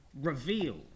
reveal